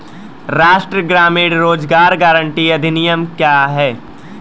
राष्ट्रीय ग्रामीण रोज़गार गारंटी अधिनियम क्या है?